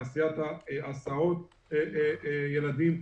תעשיית הסעות הילדים,